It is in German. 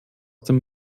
dem